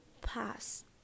pass